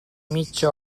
mitja